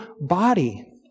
body